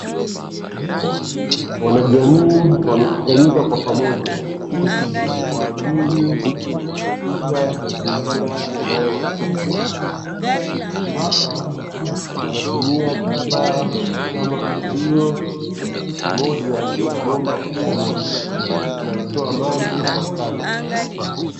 Wanajamii wamekusanyika kwa pamoja kwa ajili ya kusafisha mazingira yanayowazunguka, hapa wanatumia vifaa kama fagio, pamoja na bomba kubwa linalotoa maji kwa kasi.